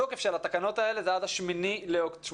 תוקף התקנות האלה הוא עד ה-8 באוקטובר,